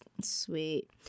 sweet